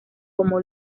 como